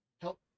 Help